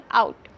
out